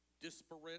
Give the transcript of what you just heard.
disparate